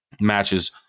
matches